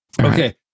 Okay